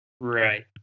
Right